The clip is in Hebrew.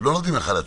ולא נותנים לך לצאת,